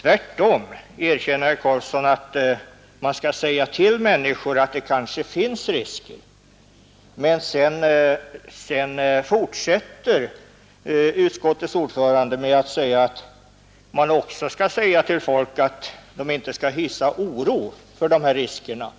Tvärtom erkänner herr Karlsson att man bör säga till 41 människorna att det kanske finns vissa risker. Sedan fortsätter utskottets ordförande och säger att man också bör be folk att inte hysa oro för de här riskerna.